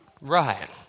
right